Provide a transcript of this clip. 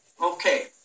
Okay